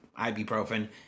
ibuprofen